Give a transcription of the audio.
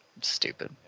stupid